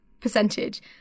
percentage